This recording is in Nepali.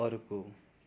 अर्को